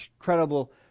incredible